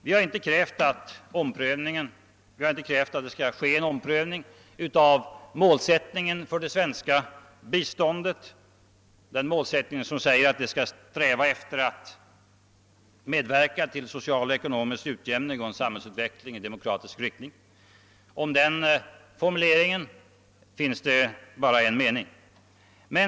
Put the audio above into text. Vi har inte krävt en omprövning av målsättningen för det svenska biståndet — att svenskt bistånd skall medverka till social och ekonomisk utjämning och en samhällsutveckling i demokratisk riktning. Om den formuleringen finns det bara en mening.